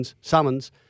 Summons